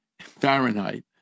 Fahrenheit